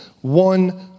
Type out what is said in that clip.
one